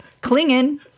clinging